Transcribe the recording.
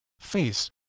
face